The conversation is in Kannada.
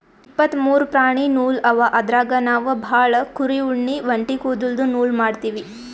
ಇಪ್ಪತ್ತ್ ಮೂರು ಪ್ರಾಣಿ ನೂಲ್ ಅವ ಅದ್ರಾಗ್ ನಾವ್ ಭಾಳ್ ಕುರಿ ಉಣ್ಣಿ ಒಂಟಿ ಕುದಲ್ದು ನೂಲ್ ಮಾಡ್ತೀವಿ